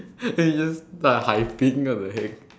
then you just hyping up the heck